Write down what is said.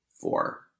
four